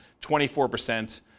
24%